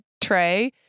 tray